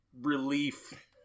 relief